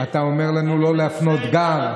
אתה אומר לנו לא להפנות גב.